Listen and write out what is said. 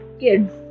kids